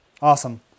Awesome